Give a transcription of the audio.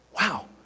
wow